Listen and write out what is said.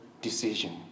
decision